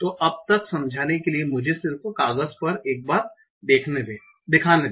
तो अब तक समझाने के लिए मुझे सिर्फ कागज पर एक बार दिखाने दे